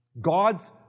God's